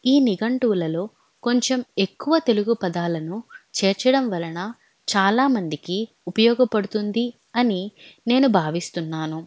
ఈ నిఘంటువులలో కొంచెం ఎక్కువ తెలుగు పదాలను చేర్చడం వలన చాలామందికి ఉపయోగపడుతుంది అని నేను భావిస్తున్నాను